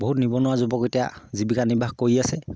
বহুত নিবনুৱা যুৱক এতিয়া জীৱিকা নিৰ্বাহ কৰি আছে